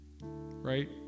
right